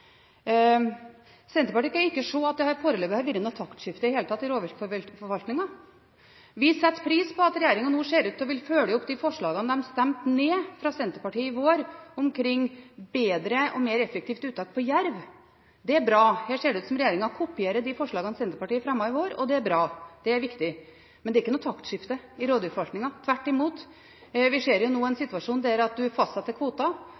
Senterpartiet kan ikke se at det foreløpig har vært noe taktskifte i det hele tatt i rovviltforvaltningen. Vi setter pris på at regjeringen nå ser ut til å ville følge opp de forslagene fra Senterpartiet de stemte ned i vår, om bedre og mer effektivt uttak av jerv. Det er bra. Her ser det ut som regjeringen kopierer de forslagene som Senterpartiet fremmet i vår, og det er bra, det er viktig. Men det er ikke noe taktskifte i rovviltforvaltningen, tvert imot. Vi ser jo nå en situasjon der man fastsetter kvoter,